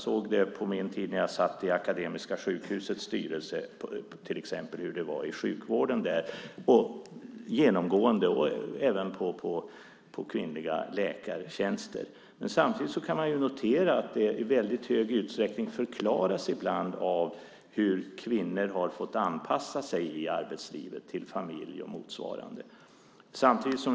På den tiden då jag satt i Akademiska sjukhusets styrelse såg jag till exempel hur det genomgående var i sjukvården, även i fråga om kvinnliga läkare. Samtidigt kan man notera att det i väldigt stor utsträckning förklaras av hur kvinnor i arbetslivet har fått anpassa sig till familj och så vidare.